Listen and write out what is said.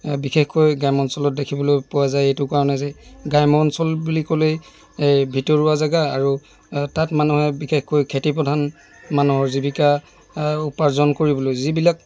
বিশেষকৈ গ্ৰাম্যাঞ্চলত দেখিবলৈ পোৱা যায় এইটো কাৰণেই যে গ্ৰাম্য অঞ্চল বুলি ক'লেই এই ভিতৰুৱা জাগা আৰু তাত মানুহে বিশেষকৈ খেতি প্ৰধান মানুহৰ জীৱিকা উপাৰ্জন কৰিবলৈ যিবিলাক